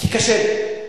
כי קשה לי.